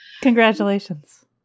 Congratulations